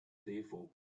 therefore